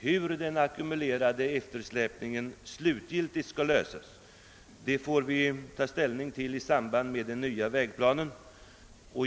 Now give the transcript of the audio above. Hur den ackumulerade eftersläpningen slutgiltigt skall klaras får vi ta ställning till i samband med den nya vägplanen.